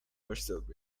herself